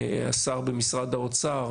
השר במשרד האוצר,